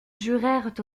jurèrent